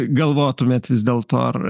galvotumėt vis dėlto ar